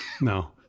no